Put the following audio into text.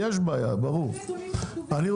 את